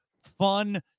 Fun